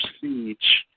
siege